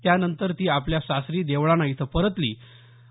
त्यानंतर ती आपल्या सासरी देवळाणा इथं परतली होती